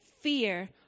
fear